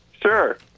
sure